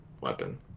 weapon